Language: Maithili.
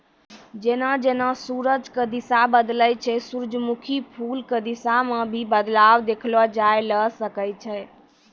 जेना जेना सूरज के दिशा बदलै छै सूरजमुखी फूल के दिशा मॅ भी बदलाव देखलो जाय ल सकै छै